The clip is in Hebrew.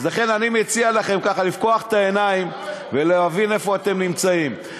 לכן אני מציע לכם לפקוח את העיניים ולהבין איפה אתם נמצאים.